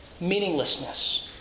Meaninglessness